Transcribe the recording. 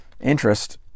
interest